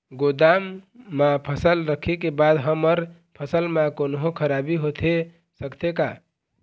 गोदाम मा फसल रखें के बाद हमर फसल मा कोन्हों खराबी होथे सकथे का?